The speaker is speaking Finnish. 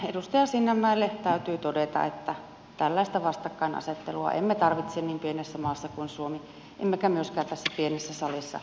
edustaja sinnemäelle täytyy todeta että tällaista vastakkainasettelua emme tarvitse niin pienessä maassa kuin suomi emmekä myöskään tässä pienessä salissa